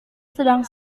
sedang